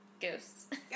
ghosts